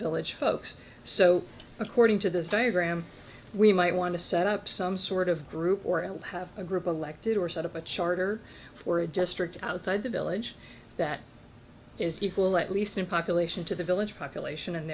village folks so according to this diagram we might want to set up some sort of group or i would have a group of elected or set up a charter for a district outside the village that is equal at least in population to the village population and